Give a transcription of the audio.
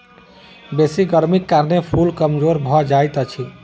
बेसी गर्मीक कारणें फूल कमजोर भअ जाइत अछि